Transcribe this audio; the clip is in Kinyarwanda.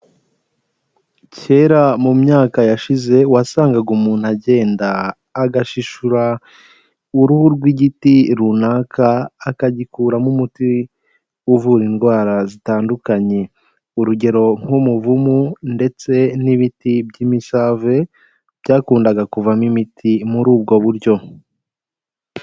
Kera mu myaka yashize wasangaga umuntu agenda agashishura uruhu rw'igiti runaka, akagikuramo umuti uvura indwara zitandukanye. Urugero nk'umuvumu ndetse n'ibiti by'imisave, byakundaga kuvamo imiti muri ubwo buryo.